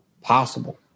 possible